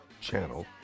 Channel